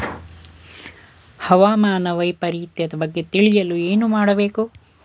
ಹವಾಮಾನ ವೈಪರಿತ್ಯದ ಬಗ್ಗೆ ತಿಳಿಯಲು ಏನು ಮಾಡಬೇಕು?